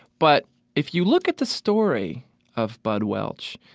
but if you look at the story of bud welch,